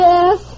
Yes